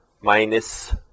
Minus